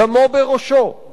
"דמו בראשו";